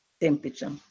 temperature